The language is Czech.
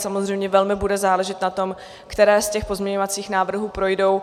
Samozřejmě velmi bude záležet na tom, které z těch pozměňovacích návrhů projdou.